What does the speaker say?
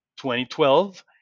2012